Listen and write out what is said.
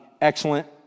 excellent